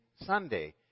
Sunday